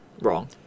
Wrong